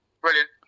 Brilliant